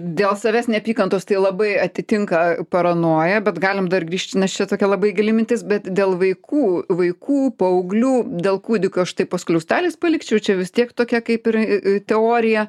dėl savęs neapykantos tai labai atitinka paranoją bet galim dar grįžti nes čia tokia labai gili mintis bet dėl vaikų vaikų paauglių dėl kūdikių aš tai po skliausteliais palikčiau čia vis tiek tokia kaip ir teorija